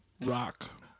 rock